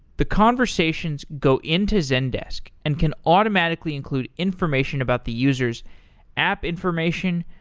the conversations go into zendesk and can automatically include information about the user s app information,